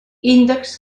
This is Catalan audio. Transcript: índexs